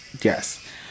Yes